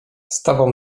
stawał